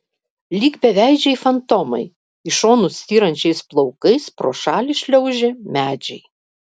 lyg beveidžiai fantomai į šonus styrančiais plaukais pro šalį šliaužė medžiai